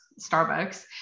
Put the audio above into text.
Starbucks